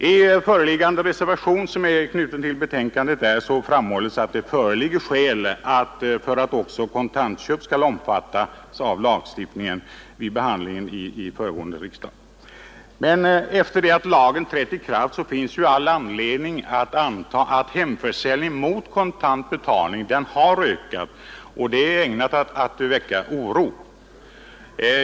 I den reservation som är knuten till betänkandet framhålles, att utskottet redan vid behandlingen av frågan vid föregående riksdag ansåg att det förelåg skäl för att också kontantköp skulle omfattas av lagstiftningen. Efter det att lagen trätt i kraft finns det all anledning att anta att hemförsäljning mot kontant betalning har ökat. Det är ägnat att väcka oro.